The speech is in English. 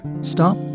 Stop